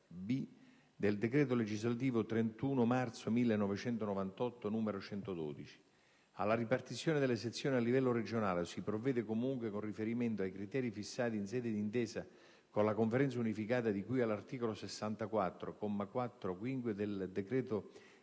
del decreto legislativo 31 marzo 1998, n. 112. Alla ripartizione delle sezioni a livello regionale si provvede comunque con riferimento ai criteri fissati in sede di intesa con la Conferenza unificata di cui all'articolo 64, comma